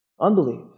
unbelief